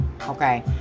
okay